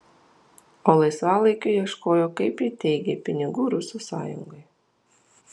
o laisvalaikiu ieškojo kaip ji teigė pinigų rusų sąjungai